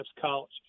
College